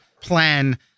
plan